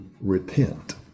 Repent